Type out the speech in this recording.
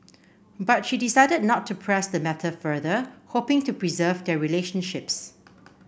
but she decided not to press the matter further hoping to preserve their relationships